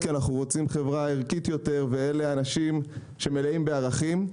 כי אנחנו רוצים חברה ערכית יותר ואלה אנשים שמלאים בערכים.